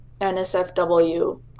NSFW